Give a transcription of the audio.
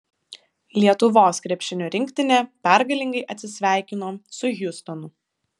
lietuvos krepšinio rinktinė pergalingai atsisveikino su hjustonu